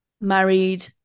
married